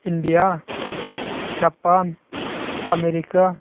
India Japan America